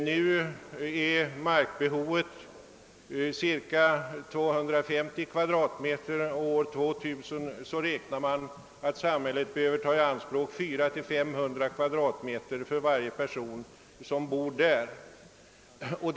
Nu är markbehovet cirka 250 kvadratmeter, och år 2000 räknar man med att samhället behöver ta i anspråk 400—500 kvadratmeter mark för varje person som bor i tätort.